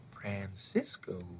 Francisco